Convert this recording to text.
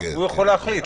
הוא יכול להחליט.